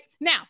Now